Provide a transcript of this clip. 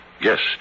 Yes